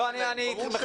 ברור שלא.